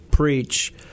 preach